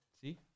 See